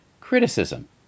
criticism